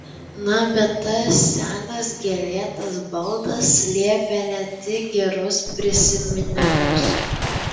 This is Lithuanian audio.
na bet tas senas gėlėtas baldas slėpė ne tik gerus prisiminimus